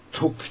Took